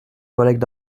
collègues